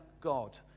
God